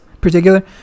particular